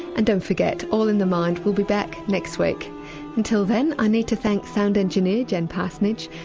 and don't forget all in the mind will be back next week until then, i need to thank sound engineer jen parsonage,